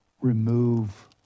remove